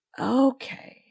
Okay